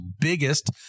biggest